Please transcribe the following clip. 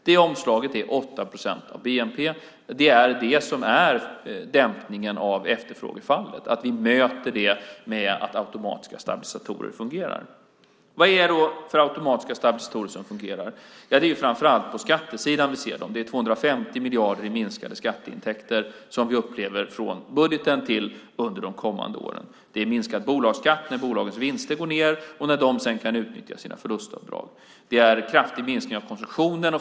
Det omslaget är 8 procent av bnp. Det är det som är dämpningen av efterfrågefallet, att vi möter det med att automatiska stabilisatorer fungerar. Vad är det då för automatiska stabilisatorer som fungerar? Det är framför allt på skattesidan vi ser dem. Det är 250 miljarder i minskade skatteintäkter som vi upplever från budgeten och under de kommande åren. Det är minskad bolagsskatt när bolagens vinster går ned och när de sedan kan utnyttja sina förlustavdrag. Det är en kraftig minskning av konsumtionen.